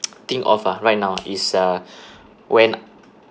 think of ah right now is uh when